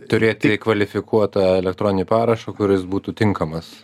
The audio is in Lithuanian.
turėti kvalifikuotą elektroninį parašą kuris būtų tinkamas